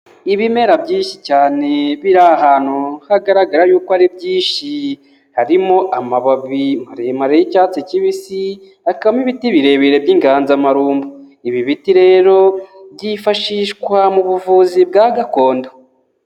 Ibimera byinshi cyane biri ahantu hagaragara yuko ari byinshi, harimo amababi maremare y'icyatsi kibisi hakabamo ibiti birebire by'inganzamarumbu, ibi biti rero byifashishwa mu buvuzi bwa gakondo.